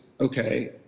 okay